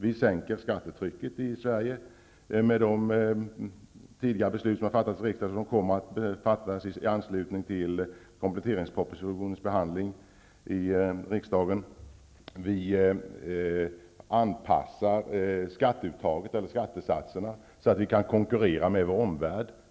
Vi sänker skattetrycket i Sverige med de beslut som tidigare fattats i riksdagen och som kommer att fattas i anslutning till behandlingen av kompletteringspropositionen. Vi anpassar skattesatserna så att vi kan konkurrera med vår omvärld.